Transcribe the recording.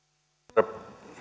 herra